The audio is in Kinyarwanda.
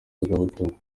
ivugabutumwa